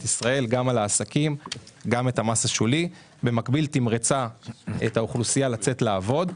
ישראל ועל העסקים - במקביל היא תמרצה את האוכלוסייה לצאת לעבוד.